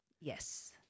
Yes